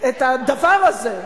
את הדבר הזה,